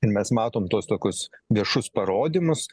ir mes matom tuos tokius viešus parodymus